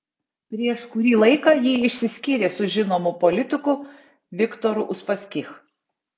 prieš kurį laiką ji išsiskyrė su žinomu politiku viktoru uspaskich